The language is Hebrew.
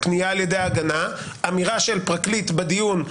פנייה על ידי ההגנה, אמירה של פרקליט בדיון,